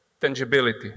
tangibility